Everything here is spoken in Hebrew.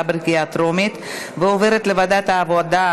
לוועדת העבודה,